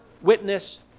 Witness